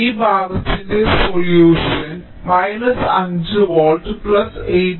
ഈ ഭാഗത്തിന് പരിഹാരം മൈനസ് 5 വോൾട്ട് 8